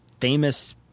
famous